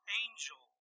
angel